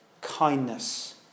kindness